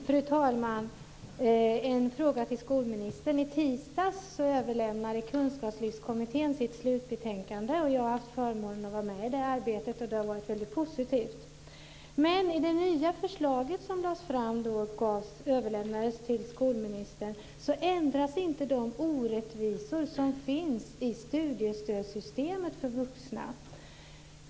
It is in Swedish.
Fru talman! Jag har en fråga till skolministern. I tisdags överlämnade Kunskapslyftskommittén sitt slutbetänkande. Jag har haft förmånen att vara med i det arbetet, och det har varit väldigt positivt. Men i det nya förslag som överlämnades till skolministern ändrades inte de orättvisor som finns i studiestödssystemet för vuxna.